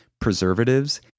preservatives